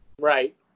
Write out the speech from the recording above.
Right